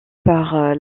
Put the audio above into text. par